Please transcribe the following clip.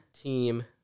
Team